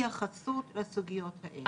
יש התייחסות לסוגיות האלה.